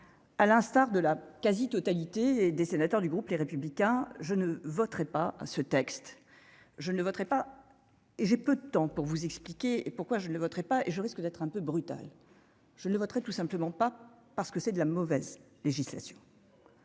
à l'instar de la quasi-totalité des sénateurs du groupe, les républicains je ne voterais pas à ce texte, je ne voterai pas et j'ai peu de temps pour vous expliquer pourquoi je ne voterai pas et je risque d'être un peu brutal, je ne voterai tout simplement pas parce que c'est de la mauvaise législation.